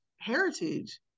heritage